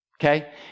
Okay